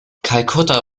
kalkutta